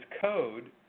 code